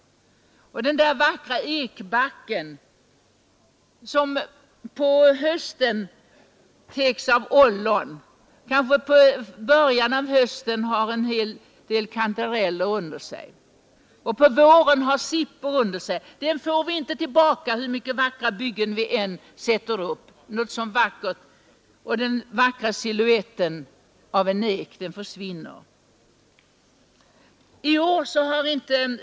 Och den vackra ekbacken, som på hösten täcks av ollon, kanske i början på hösten av en del kantareller och på våren av sippor får vi inte tillbaka hur mycket vackra byggnader vi än uppför. Och den vackra silhuetten av en ek försvinner.